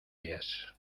días